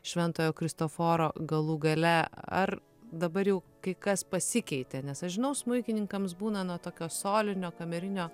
šventojo kristoforo galų gale ar dabar jau kai kas pasikeitė nes aš žinau smuikininkams būna nuo tokio solinio kamerinio